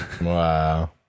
Wow